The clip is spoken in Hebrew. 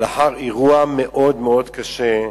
לאחר אירוע מאוד מאוד קשה,